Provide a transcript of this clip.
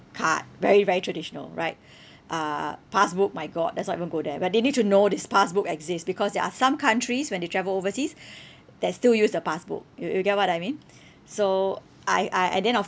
card very very traditional right uh passbook my god let's not even go there but they need to know this passbook exist because there are some countries when they travel overseas that still use a passbook you you get what I mean so I I I didn't of~